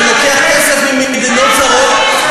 שלוקח כסף ממדינות זרות,